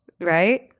Right